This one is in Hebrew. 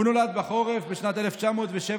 הוא נולד בחורף בשנת 1907,